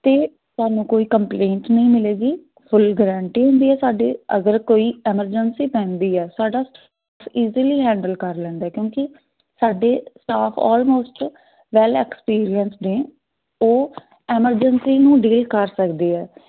ਅਤੇ ਤੁਹਾਨੂੰ ਕੋਈ ਕੰਪਲੇਂਟ ਨਹੀਂ ਮਿਲੇਗੀ ਫੁੱਲ ਗਰੰਟੀ ਹੁੰਦੀ ਹੈ ਸਾਡੀ ਅਗਰ ਕੋਈ ਅਮਰਜੰਸੀ ਪੈਂਦੀ ਹੈ ਸਾਡਾ ਇਜ਼ੀਲੀ ਹੈਂਡਲ ਕਰ ਲੈਂਦਾ ਕਿਉਂਕਿ ਸਾਡੇ ਸਟਾਫ ਓਲਮੋਸਟ ਵੈੱਲ ਐਕਸਪੀਰੀਅੰਸ ਨੇ ਉਹ ਐਮਰਜੰਸੀ ਨੂੰ ਡੀਲ ਕਰ ਸਕਦੇ ਹੈ